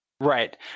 Right